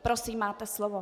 Prosím, máte slovo.